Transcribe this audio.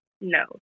No